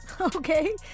Okay